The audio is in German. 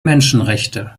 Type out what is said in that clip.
menschenrechte